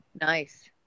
nice